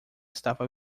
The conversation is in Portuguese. estava